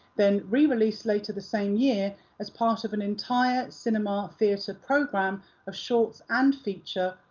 then re-released later the same year as part of an entire cinema theatre programme of shorts and feature,